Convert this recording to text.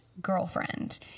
girlfriend